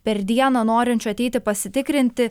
per dieną norinčių ateiti pasitikrinti